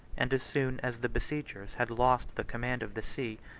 and as soon as the besiegers had lost the command of the sea,